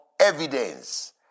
evidence